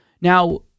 Now